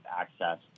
access